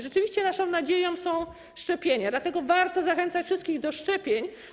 Rzeczywiście naszą nadzieją są szczepienia, dlatego warto zachęcać wszystkich do szczepień.